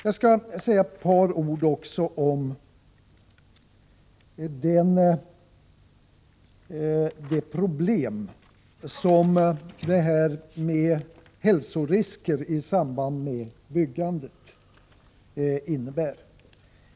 Jag skall säga några ord om de problem som hälsorisker i samband med byggande innebär.